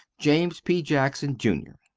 james p. jackson jr.